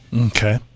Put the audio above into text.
Okay